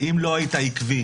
לא היית עקבי